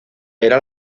era